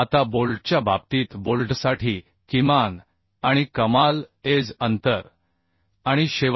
त्यामुळे वेगवेगळ्या प्रकरणांसाठी किमान एज अंतर एकतर 1